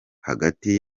hagati